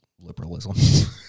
liberalism